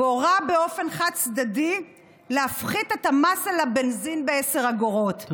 והורה באופן חד-צדדי להפחית את המס על הבנזין ב-10 אגורות.